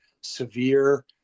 severe